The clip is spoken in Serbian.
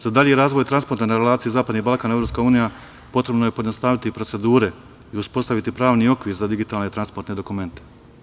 Za dalji razvoj transporta na relaciji zapadni Balkan, EU, potrebno je pojednostaviti procedure i uspostaviti pravni okvir za digitalne transportne dokumente.